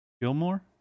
Gilmore